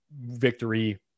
victory